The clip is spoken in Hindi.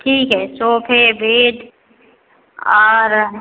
ठीक है चोखे बेट और